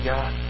God